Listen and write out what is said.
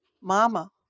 Mama